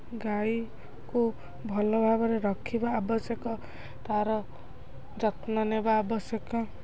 ଗାଈକୁ ଭଲ ଭାବରେ ରଖିବା ଆବଶ୍ୟକ ତା'ର ଯତ୍ନ ନେବା ଆବଶ୍ୟକ